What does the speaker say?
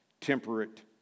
temperate